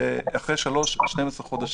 ואחרי שלוש שנים 12 חודשים.